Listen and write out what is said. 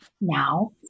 Now